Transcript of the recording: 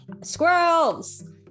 Squirrels